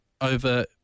over